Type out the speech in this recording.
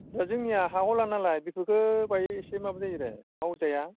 दा जोंनिया हा दहलानालाय बेफोरखो बाय एसे माबा जायो आरो मावजाया